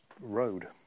road